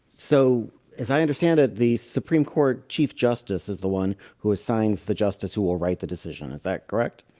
so if i understand that the supreme court chief justice is the one who assigns the justice who will right the decision, is that correct